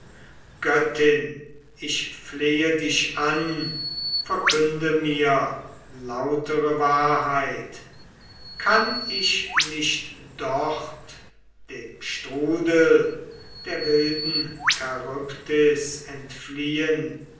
göttin ich flehe dich an verkünde mir lautere wahrheit kann ich nicht dort dem strudel der wilden charybdis entfliehen